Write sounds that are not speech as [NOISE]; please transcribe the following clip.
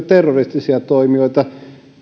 [UNINTELLIGIBLE] terroristisia toimijoita